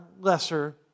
lesser